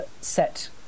set